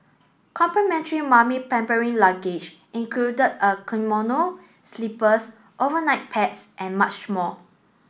complimentary mummy pampering luggage included a kimono slippers overnight pads and much more